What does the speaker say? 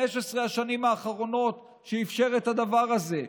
15 השנים האחרונות שאפשר את הדבר הזה.